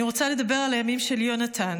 אני רוצה לדבר על הימים של יונתן,